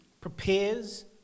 prepares